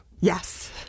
Yes